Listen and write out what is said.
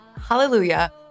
Hallelujah